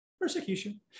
persecution